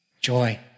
joy